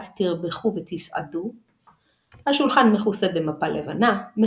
שפיכת מים בחג השבועות –– מקור המנהג הוא המשלת התורה למים.